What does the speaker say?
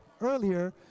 earlier